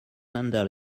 handle